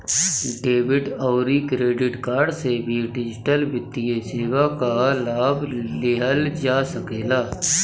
debit अउरी credit card से भी डिजिटल वित्तीय सेवा कअ लाभ लिहल जा सकेला